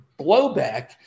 blowback